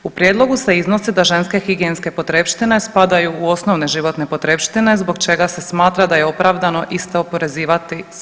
U Prijedlogu se iznose da ženske higijenske potrepštine spadaju u osnovne životne potrepštine, zbog čega se smatra da je opravdano iste oporezivati s 5%